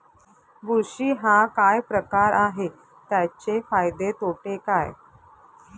बुरशी हा काय प्रकार आहे, त्याचे फायदे तोटे काय?